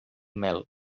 mel